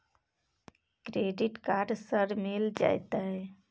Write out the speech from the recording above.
Credit card सर मिल जेतै?